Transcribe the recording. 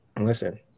listen